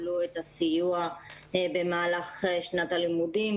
יקבלו את הסיוע במהלך שנת הלימודים,